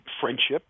friendships